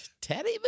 teddy